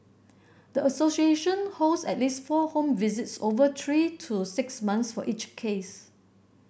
the association holds at least four home visits over three to six months for each case